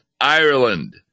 Ireland